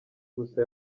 gusa